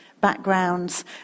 backgrounds